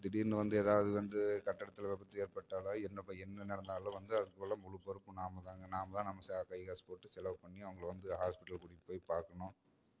திடீர்னு வந்து ஏதாவது வந்து கட்டடத்தில் விபத்து ஏற்பட்டாலோ என்ன ப என்ன நடந்தாலும் வந்து அதுக்கு ஃபுல்லாக முழு பொறுப்பு நாம் தான்ங்க நாம் தான் நம்ம ச கை காசு போட்டு செலவு பண்ணி அவங்கள வந்து ஹாஸ்பிட்டல் கூட்டிட்டு போய் பாக்கணும்